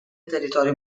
territorio